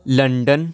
London